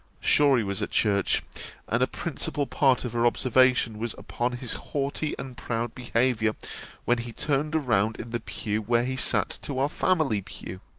shorey was at church and a principal part of her observation was upon his haughty and proud behaviour when he turned round in the pew where he sat to our family-pew.